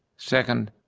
second,